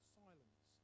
silence